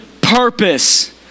purpose